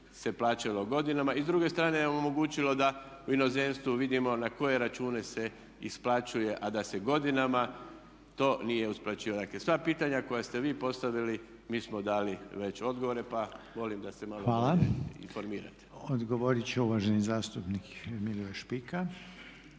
se plaćalo godinama. I s druge strane omogućilo da u inozemstvu vidimo na koje račune se isplaćuje, a da se godinama to nije isplaćivalo. Dakle, sva pitanja koja ste vi postavili mi smo dali već odgovore, pa molim da se malo bolje informirate. **Reiner, Željko (HDZ)** Hvala. Odgovorit će uvaženi zastupnik Milivoj Špika.